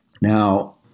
Now